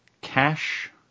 Cash